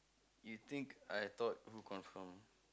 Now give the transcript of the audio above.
you think I thought who confirm